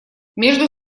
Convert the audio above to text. между